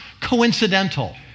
coincidental